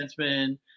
defenseman